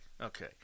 Okay